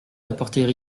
apporter